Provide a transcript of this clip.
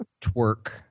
twerk